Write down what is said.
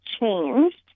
changed